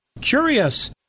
curious